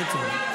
אין צורך.